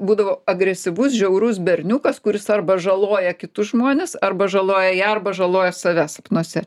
būdavo agresyvus žiaurus berniukas kuris arba žaloja kitus žmones arba žaloja ją arba žaloja save sapnuose